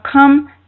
come